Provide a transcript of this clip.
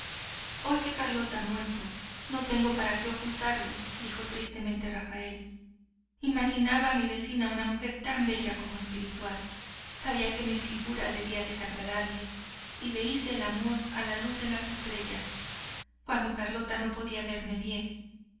hoy que carlota ha muerto no tengo para qué ocultarlo dijo tristemente rafael imaginaba a mi vecina una mujer tan bella como espiritual sabía que mi figura debía desagradarle y le hice el amor a la luz de las estrellas cuando carlota no podía verme bien